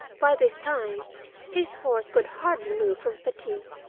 by this time his horse could hardly move from fatigue,